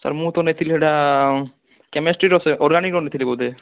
sir ମୁଁ ତ ନେଇଥିଲି ହେଟା କେମେଷ୍ଟ୍ରିର ସାର୍ ଅର୍ଗାନିକ୍ର ନେଇଥିଲି ବୋଧେ